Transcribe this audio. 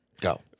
Go